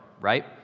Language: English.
right